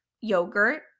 yogurt